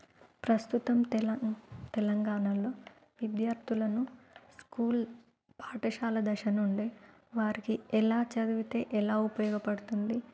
ప్రస్తుతం తెలం తెలంగాణలో విద్యార్థులను స్కూల్ పాఠశాల దశ నుండి వారికి ఎలా చదివితే ఎలా ఉపయోగపడుతుంది